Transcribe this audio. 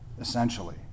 essentially